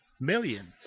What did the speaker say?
millions